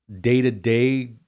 day-to-day